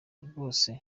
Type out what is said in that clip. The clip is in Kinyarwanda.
rwose